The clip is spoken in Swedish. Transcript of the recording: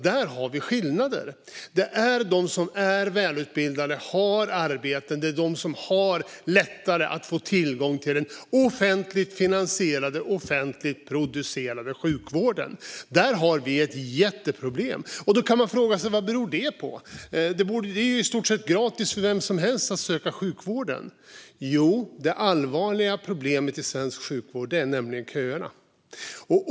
Det är de som är välutbildade och har arbete som har lättare att få tillgång till den offentligt finansierade och offentligt producerade sjukvården. Där har vi ett jätteproblem. Man kan fråga sig: Vad beror det på? Det är i stort sett gratis för vem som helst att söka sjukvården. Jo, det allvarliga problemet i svensk sjukvård är nämligen köerna.